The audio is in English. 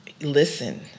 Listen